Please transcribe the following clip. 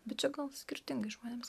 bet čia gal skirtingai žmonėms